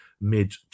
mid